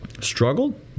struggled